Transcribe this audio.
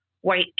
white